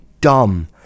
dumb